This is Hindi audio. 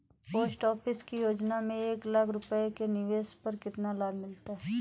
पोस्ट ऑफिस की योजना में एक लाख रूपए के निवेश पर कितना लाभ मिलता है?